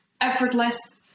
effortless